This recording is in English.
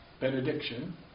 benediction